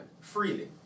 freely